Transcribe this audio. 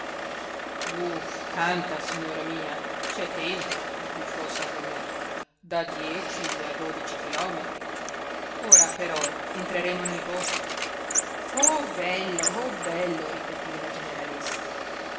uh tanta signora mia c'è tempo sbuffò san romé da dieci a dodici chilometri ora però entreremo nel bosco oh bello oh bello ripeté la generalessa